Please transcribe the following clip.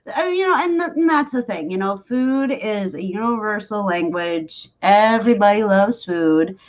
oh yeah, and that's the thing, you know food is a universal language everybody loves food.